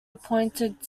appointed